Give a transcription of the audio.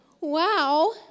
Wow